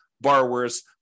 borrowers